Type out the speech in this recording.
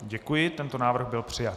Děkuji, tento návrh byl přijat.